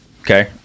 Okay